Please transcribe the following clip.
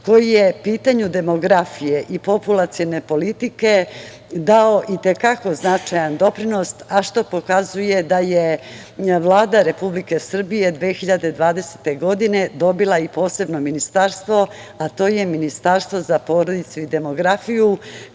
koji je pitanju demografije i populacione politike dao i te kako značajan doprinos, a što pokazuje da Vlada Republike Srbije 2020. godine dobila i posebno ministarstvo, a to je Ministarstvo za porodicu i demografiju